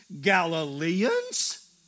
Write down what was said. Galileans